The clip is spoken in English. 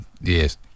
Yes